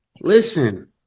listen